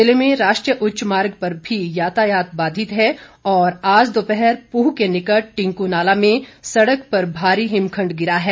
जिले में राष्टीय उच्च मार्ग पर भी यातायात बाधित है और आज दोपहर पूह के निकट टिंकू नाला में सड़क पर भारी हिमखंड गिरा है